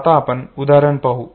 आता आपण उदाहरण पाहू